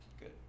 Good